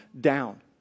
down